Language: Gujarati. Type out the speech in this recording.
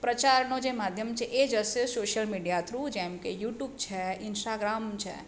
પ્રચારનો જે માધ્યમ છે એ જશે સોસિયલ મીડિયા થ્રૂ જેમકે યુટ્યુબ છે ઇન્સ્ટાગ્રામ છે